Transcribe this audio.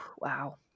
Wow